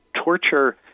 torture